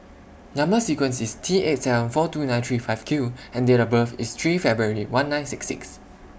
Number sequence IS T eight seven four two nine three five Q and Date of birth IS three February one nine six six